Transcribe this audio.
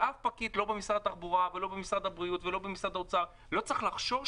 אף פקיד במשרד התחבורה ולא במשרד הבריאות ולא במשרד האוצר לא צריך לחשוש